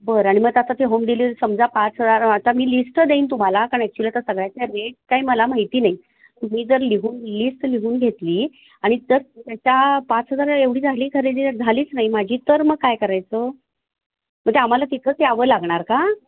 बरं आणि मग आता आता ते होम डिलीवरी समजा पाच हजार आता मी लिस्ट देईन तुम्हाला कारण ॲक्च्युली तर सगळ्याच्या रेट काही मला माहिती नाही तुम्ही जर लिहून लिस्ट लिहून घेतली आणि तर त्याचा पाच हजार एवढी झाली खरेदी झालीच नाही माझी तर मग काय करायचं मग ते आम्हाला तिथंच यावं लागणार का